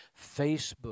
Facebook